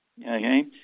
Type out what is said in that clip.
Okay